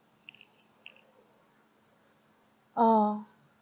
oh